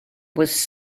was